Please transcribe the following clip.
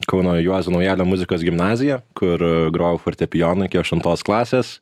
kauno juozo naujalio muzikos gimnaziją kur grojau fortepijonu iki aštuntos klasės